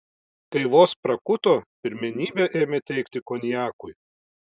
kai vos prakuto pirmenybę ėmė teikti konjakui